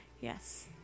Yes